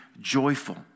joyful